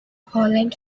holland